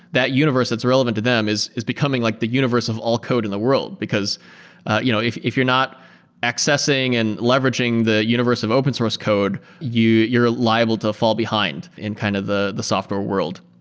that universe that's relevant to them is is becoming like the universe of all code in the world, because you know if if you're not accessing and leveraging the universe of open source code, you're liable to fall behind in kind of the the software world.